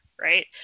Right